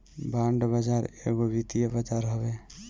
bond बाजार एगो वित्तीय बाजार हवे